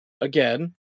again